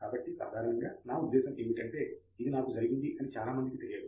కాబట్టి సాధారణంగా నా ఉద్దేశ్యం ఏమిటంటే ఇది నాకు జరిగింది అని చాలా మందికి తెలియదు